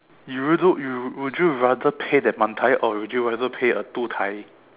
you would you would rather pay that man tai or you would rather pay a two tai